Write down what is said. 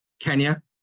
Kenya